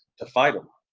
to fight em.